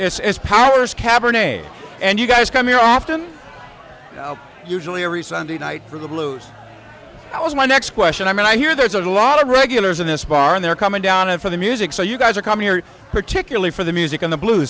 it's as power is cabernet and you guys come here often usually every sunday night for the blues i was my next question i mean i hear there's a lot of regulars in this bar and they're coming down and for the music so you guys are coming here particularly for the music and the blues